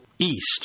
East